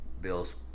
Bill's